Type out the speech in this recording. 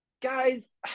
guys